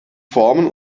formen